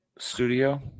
Studio